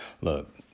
Look